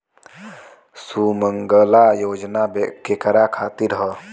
सुमँगला योजना केकरा खातिर ह?